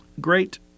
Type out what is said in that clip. Great